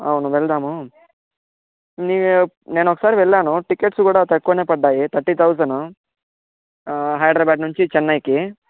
అవును వెళ్దాము నీ నేనొకసారి వెళ్ళాను టికెట్స్ కూడా తక్కువనే పడ్డాయి థర్టీ థౌజండ్ ఆ హైదరాబాద్ నుంచి చెన్నైకి